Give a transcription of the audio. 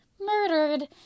murdered